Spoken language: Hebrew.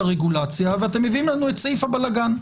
הרגולציה ואתם מביאים לנו את סעיף הבלגן.